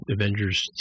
Avengers